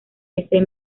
ese